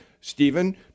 Stephen